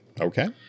Okay